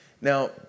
Now